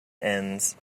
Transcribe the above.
ends